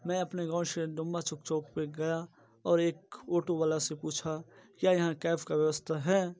मैं अपने गाँव चौक पेरगया और एक ऑटो वाला से पूछा क्या यहाँ कैब का व्यवस्था है